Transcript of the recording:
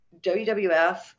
WWF